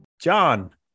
John